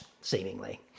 seemingly